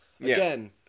again